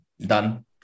done